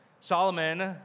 Solomon